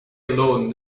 alone